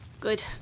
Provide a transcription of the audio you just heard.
Good